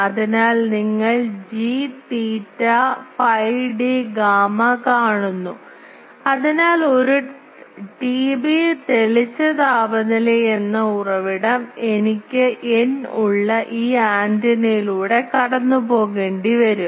അതിനാൽ നിങ്ങൾ G theta phi d gamma കാണുന്നു അതിനാൽ ഒരു TB തെളിച്ച താപനിലയെന്ന ഉറവിടം എനിക്ക് n ഉള്ള ഈ ആന്റിനയിലൂടെ കടന്നുപോകേണ്ടിവരും